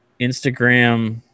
Instagram